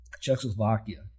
Czechoslovakia